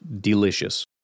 delicious